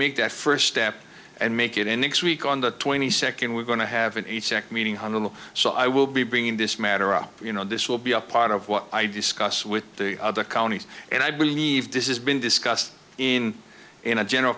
make that first step and make it in next week on the twenty second we're going to have an eight second meeting one of them so i will be bringing this matter up you know this will be a part of what i discuss with the other counties and i believe this is been discussed in in a general